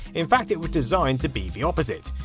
in fact, it was designed to be the opposite.